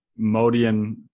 modian